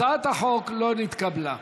הצעת החוק לא נתקבלה.